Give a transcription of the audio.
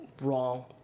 wrong